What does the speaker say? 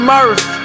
Murph